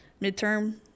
midterm